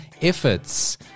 efforts